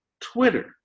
Twitter